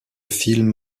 film